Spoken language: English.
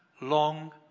long